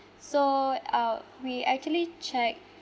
so uh we actually check